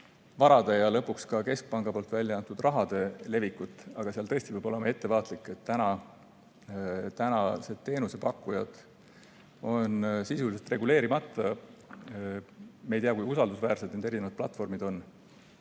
varade ja lõpuks ka keskpanga poolt välja antud rahade levikut. Aga seal tõesti peab olema ettevaatlik, sest tänased teenusepakkujad on sisuliselt reguleerimata. Me ei tea, kui usaldusväärsed nende erinevad platvormid on.